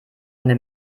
eine